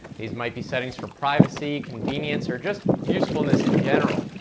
these might be settings for privacy, convenience, or just usefulness in general.